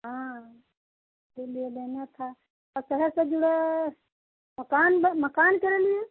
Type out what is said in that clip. हाँ इसलिए लेना था शहर से जुड़े मकान मकान के लिए